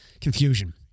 Confusion